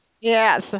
Yes